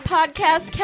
Podcast